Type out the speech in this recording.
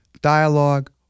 dialogue